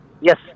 Yes